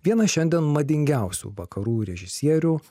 viena šiandien madingiausių vakarų režisierių